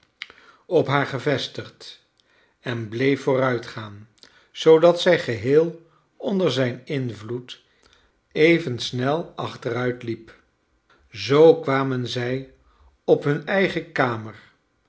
op haar gevestigd en bleef vooruitgaan zoodat zij geheel onder zijn invloed even snel achteruit liep zoo kwamen zij op hun eigen kamer